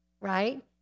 right